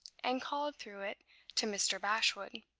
and called through it to mr. bashwood,